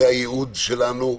זה הייעוד שלנו,